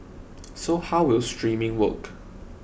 so how will streaming work